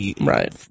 Right